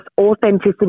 authenticity